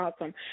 awesome